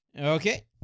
Okay